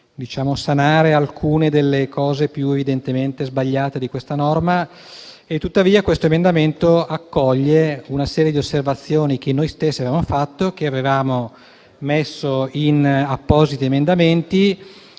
sanare alcune delle cose più evidentemente sbagliate di questa norma. Tuttavia, questo emendamento accoglie una serie di osservazioni che noi stessi avevamo fatto e che avevamo messo in appositi emendamenti,